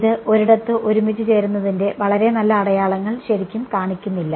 ഇത് ഒരിടത്തു ഒരുമിച്ചുചേരുന്നതിന്റെ വളരെ നല്ല അടയാളങ്ങൾ ശരിക്കും കാണിക്കുന്നില്ല